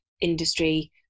industry